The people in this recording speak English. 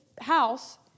house